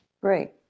Great